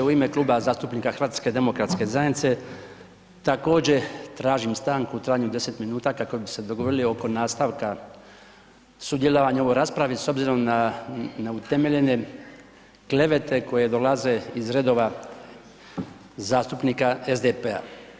U ime Kluba zastupnika HDZ-a također tražim stanku u trajanju od 10 minuta, kako bi se dogovorili oko nastavka sudjelovanje u ovoj raspravi, s obzirom na neutemeljene klevete koje dolaze iz redova zastupnika SDP-a.